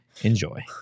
enjoy